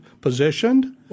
positioned